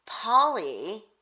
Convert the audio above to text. Polly